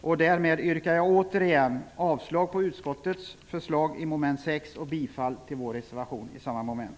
Med detta yrkar jag återigen avslag på utskottets hemställan under mom. 6 och bifall till vår reservation under samma moment.